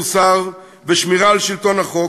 מוסר ושמירה על שלטון החוק,